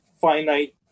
finite